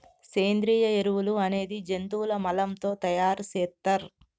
సేంద్రియ ఎరువులు అనేది జంతువుల మలం తో తయార్ సేత్తర్